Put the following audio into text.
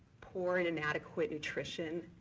poor, and inadequate nutrition,